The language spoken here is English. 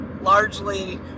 largely